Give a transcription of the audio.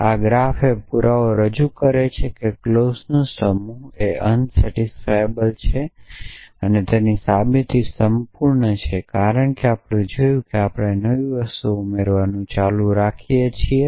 તેથી આ ગ્રાફ એ પુરાવો રજૂ કરે છે કે ક્લોઝનો આપેલ સમૂહ અસંતોષકારક છે અને સાબિતી સંપૂર્ણ કારણ કે આપણે જોયું છે કે આપણે નવી વસ્તુઓ ઉમેરવાનું ચાલુ રાખીએ છીએ